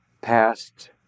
past